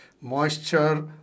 moisture